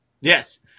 Yes